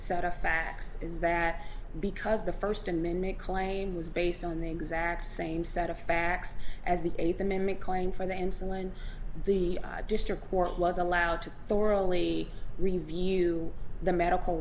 set of facts is that because the first amendment claim was based on the exact same set of facts as the eighth amendment claim for the insulin the district court was allowed to orally review the medical